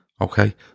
okay